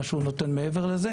המזרחי.